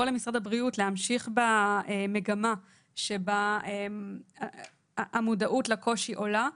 למשרד הבריאות להמשיך במגמה שבה המודעות לקושי עולה,